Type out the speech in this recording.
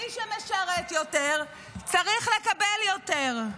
מי שמשרת יותר צריך לקבל יותר.